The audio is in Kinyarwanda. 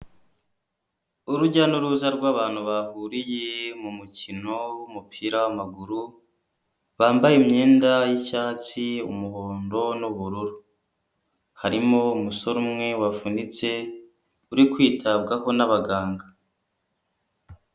Urujya n'uruza rwbantu bahuriye mu mukino w'umupira w'amaguru bambaye imyenda y'icyatsi umuhondo n'ubururu. Harimo umusore umwe wavunitse uri kwitabwaho n'abaganga.